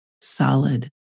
Solid